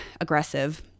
aggressive